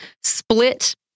split